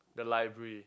the library